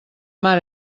mar